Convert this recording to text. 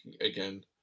again